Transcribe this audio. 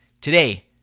today